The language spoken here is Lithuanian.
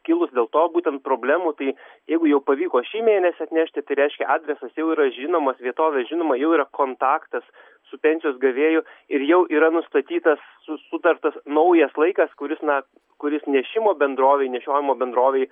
kilus dėl to būtent problemų tai jeigu jau pavyko šį mėnesį atnešti tai reiškia adresas jau yra žinomas vietovė žinoma jau yra kontaktas su pensijos gavėju ir jau yra nustatytas su sutartas naujas laikas kuris na kuris nešimo bendrovei nešiojimo bendrovei